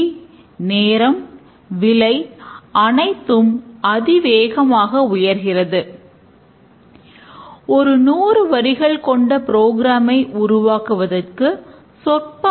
மறுபுறம் object oriented இடையேயான தொடர்பை மாதிரியாக உருவாக்குகிறோம்